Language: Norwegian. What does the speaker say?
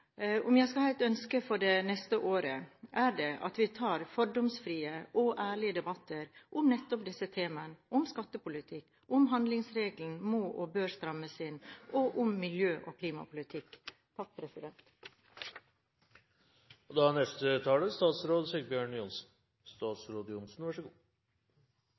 Om jeg skal ha et ønske for det neste året, er det at vi tar fordomsfrie og ærlige debatter om nettopp disse temaene: om skattepolitikken, om handlingsregelen må og bør strammes inn, og om miljø- og klimapolitikk. Det er en avdempet tone i debatten, og